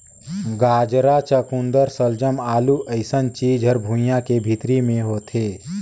गाजरा, चकुंदर सलजम, आलू अइसन चीज हर भुइंयां के भीतरी मे होथे